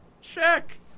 check